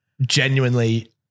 genuinely